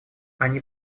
они